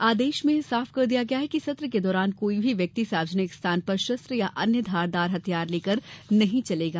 आदेश में यह साफ कर दिया गया है कि सत्र के दौरान कोई भी व्यक्ति सार्वजनिक स्थान पर शस्त्र या अन्य धारदार हथियार लेकर नहीं चलेगा